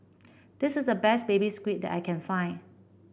this is the best Baby Squid that I can find